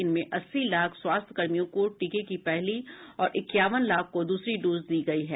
इनमें अस्सी लाख स्वास्थ्यकर्मियों को टीके की पहली और इक्यावन लाख को दूसरी डोज दी गई है